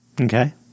Okay